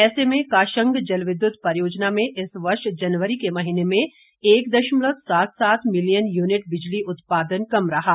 ऐसे में काशंग जलविद्युत परियोजना में इस वर्ष जनवरी के महीने में एक दशमलव सात सात मीलियन यूनिट बिजली उत्पादन कम रहा है